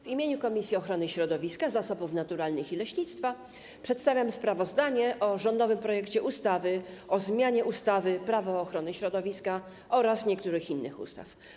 W imieniu Komisji Ochrony Środowiska, Zasobów Naturalnych i Leśnictwa przedstawiam sprawozdanie o rządowym projekcie ustawy o zmianie ustawy - Prawo ochrony środowiska oraz niektórych innych ustaw.